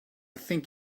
think